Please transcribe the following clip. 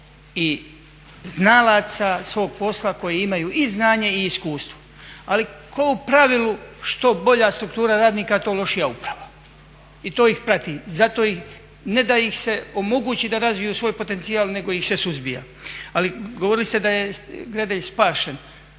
i znalaca svog posla koji imaju i znanje i iskustvo. Ali u pravilu što bolja struktura radnika to lošija uprava i to ih prati, ne da ih se omogući da razviju svoj potencijal nego ih se suzbija. Ali govorili ste da je Gredelj spašen.